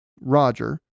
Roger